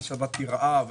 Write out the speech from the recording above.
שבתי רעב,